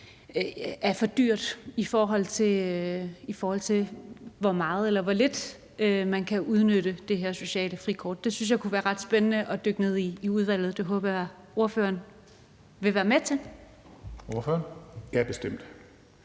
er for dyrt, i forhold til hvor meget eller hvor lidt man kan udnytte det her sociale frikort. Det synes jeg kunne være ret spændende at dykke ned i i udvalget, og det håber jeg ordføreren vil være med til. Kl. 15:40 Tredje